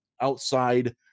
outside